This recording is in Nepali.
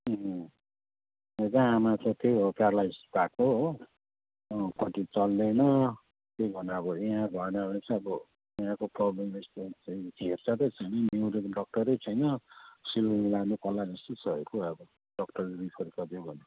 आमा चाहिँ त्यही हो प्यारलाइज भएको हो पट्टि चल्दैन के गर्नु अब यहाँ भएन भने चाहिँ अब यहाँको प्रब्लम हेरचारै छैन न्युरोको डक्टरै छैन सिलगढी लानुपर्ला जस्तै छ कुरा अब डक्टरले रेफर